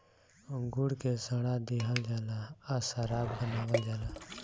अंगूर के सड़ा दिहल जाला आ शराब बनावल जाला